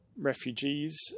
refugees